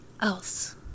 else